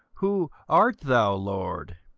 who art thou, lord?